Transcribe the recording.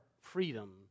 freedom